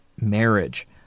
marriage